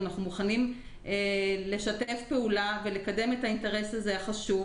ואנחנו מוכנים לשתף פעולה ולקדם את האינטרס החשוב הזה,